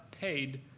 paid